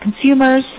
consumers